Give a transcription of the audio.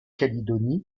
calédonie